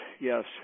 yes